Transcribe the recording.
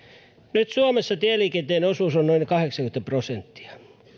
nyt suomessa tieliikenteen osuus on noin kahdeksankymmentä prosenttia